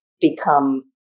Become